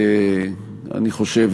אני חושב,